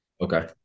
Okay